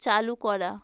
চালু করা